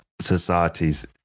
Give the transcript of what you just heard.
societies